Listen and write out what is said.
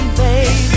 baby